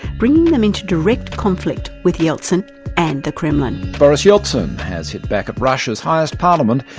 bringing them into direct conflict with yeltsin and the kremlin. boris yeltsin has hit back at russia's highest parliament,